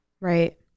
right